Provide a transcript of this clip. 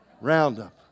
Roundup